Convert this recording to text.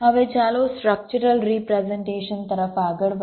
હવે ચાલો structural representation તરફ આગળ વધીએ